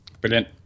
Brilliant